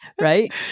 Right